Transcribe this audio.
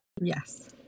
Yes